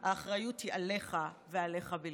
כראש הממשלה, האחריות היא עליך, ועליך בלבד.